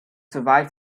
survive